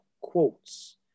quotes